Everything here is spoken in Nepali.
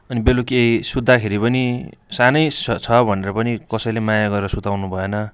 अनि बेलुकी सुत्दाखेरि पनि सानै छ भनेर पनि कसैले माया गरेर सुताउनु भएन